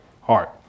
heart